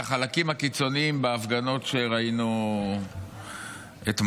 מהחלקים הקיצוניים בהפגנות שראינו אתמול.